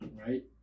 right